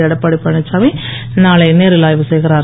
எடப்பாடி பழனிசாமி நாளை நேரில் ஆய்வு செய்கிறார்